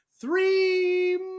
three